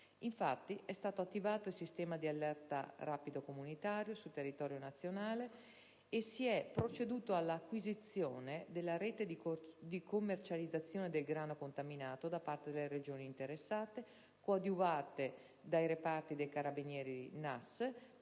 Infatti, è stato attivato il sistema di allerta rapido comunitario sul territorio nazionale e si è proceduto all'acquisizione della rete di commercializzazione del grano contaminato da parte delle Regioni interessate, coadiuvate dai reparti dei NAS dei carabinieri,